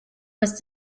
was